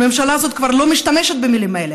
הממשלה הזאת כבר לא משתמשת במילים האלה.